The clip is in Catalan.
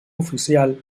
oficial